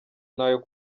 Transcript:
n’ayo